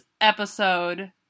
episode